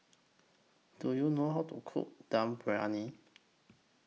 Do YOU know How to Cook Dum Briyani